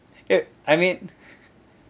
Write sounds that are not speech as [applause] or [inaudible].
[noise] I mean [breath]